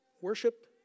worship